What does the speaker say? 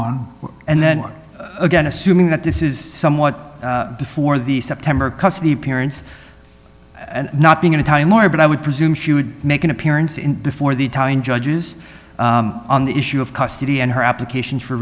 on and then again assuming that this is somewhat before the september custody appearance and not being in a time more but i would presume she would make an appearance in before the italian judges on the issue of custody and her application for